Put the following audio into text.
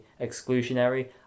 exclusionary